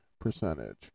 percentage